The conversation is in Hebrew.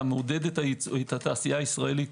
אתה מעודד את התעשייה הישראלית.